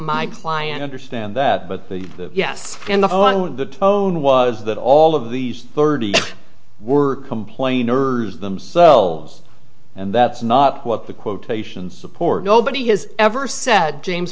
my client understand that but the yes and the and the tone was that all of these thirty were complaining ers themselves and that's not what the quotations support nobody has ever said james